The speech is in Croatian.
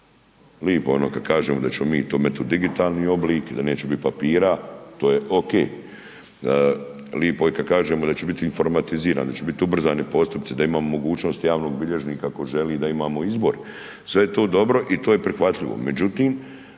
Lipo ono kad kažemo da ćemo to met u digitalni oblik, da neće biti papira, to je ok, lipo je kad kažemo da će biti informatizirani, da će biti ubrzani postupci, da imamo mogućnost javnog bilježnika ako želi, da imamo izbor, sve je to dobro i to je prihvatljivo.